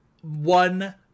one